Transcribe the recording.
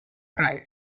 cried